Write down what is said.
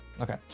okay